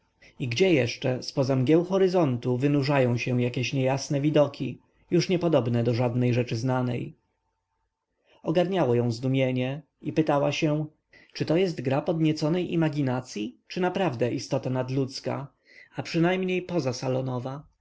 i gdzie jeszcze zpoza mgieł horyzontu wynurzają się jakieś niejasne widoki już niepodobne do żadnej rzeczy znanej ogarniało ją zdumienie i pytała się czy to jest gra podnieconej imaginacyi czy naprawdę istota nadludzka a przynajmniej poza salonowa